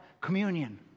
communion